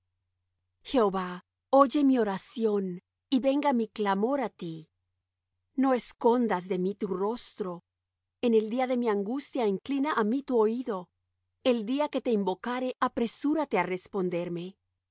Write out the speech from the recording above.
jehova oye mi oración y venga mi clamor á ti no escondas de mí tu rostro en el día de mi angustia inclina á mí tu oído el día que te invocare apresúrate á responderme